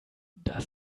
das